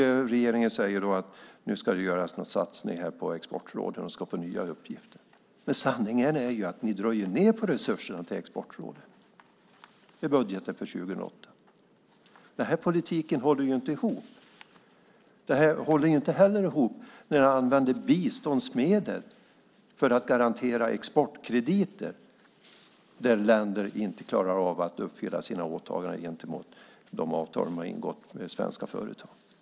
Regeringen säger att det nu ska göras någon satsning på Exportrådet som ska få nya uppgifter. Sanningen är att ni drar ned på resurserna till Exportrådet i budgeten för år 2008. Politiken håller inte ihop. Det håller heller inte ihop när man använder biståndsmedel för att garantera exportkrediter när länder inte klarar av att uppfylla sina åtaganden enligt de avtal de har ingått med svenska företag.